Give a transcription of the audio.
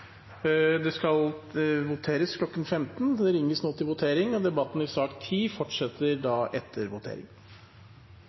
Det skal voteres kl. 15. Det ringes nå til votering, og debatten i sak nr. 10 fortsetter etter voteringen. Da